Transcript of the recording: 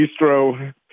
Bistro